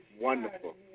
Wonderful